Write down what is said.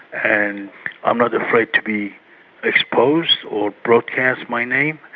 and i'm not afraid to be exposed or broadcast my name,